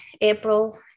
April